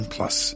Plus